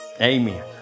Amen